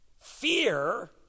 fear